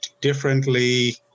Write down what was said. differently